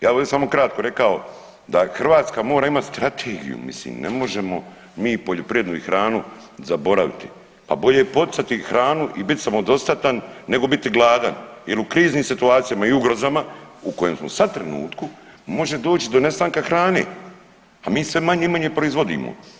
Ja bi ovdje samo kratko rekao da Hrvatska mora imati strategiju mislim ne možemo mi poljoprivredu i hranu zaboraviti, a bolje poticati hranu i bit samodostatan nego biti gladan jer u kriznim situacijama i ugrozama u kojem smo sad trenutku, može doći do nestanka hrane, a mi sve manje i manje proizvodimo.